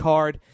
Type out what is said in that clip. Card